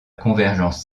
convergence